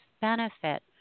benefit